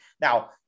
Now